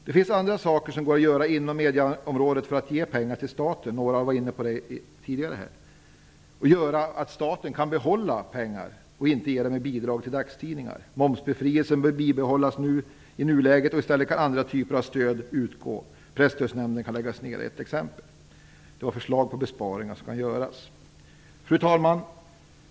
Det finns annat man kan göra inom medieområdet för att få in pengar till staten, vilket några här har varit inne på tidigare, så att staten kan behålla pengar i stället för att ge bidrag till dagstidningar. Momsbefrielsen bör bibehållas i nuläget. I stället kan andra typer av stöd utgå. Presstödsnämnden kan läggas ned t.ex. Detta var förslag på besparingar som kan göras. Fru talman!